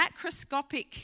macroscopic